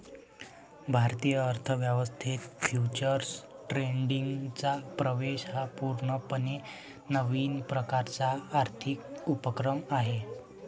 भारतीय अर्थ व्यवस्थेत फ्युचर्स ट्रेडिंगचा प्रवेश हा पूर्णपणे नवीन प्रकारचा आर्थिक उपक्रम आहे